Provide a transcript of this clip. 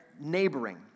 neighboring